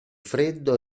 freddo